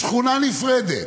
בשכונה נפרדת,